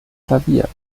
klavier